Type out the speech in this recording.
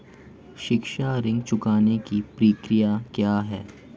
शिक्षा ऋण चुकाने की प्रक्रिया क्या है?